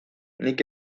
nik